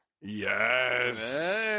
Yes